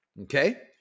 Okay